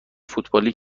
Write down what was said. فوتبالی